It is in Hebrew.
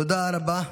תודה רבה.